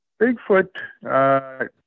Bigfoot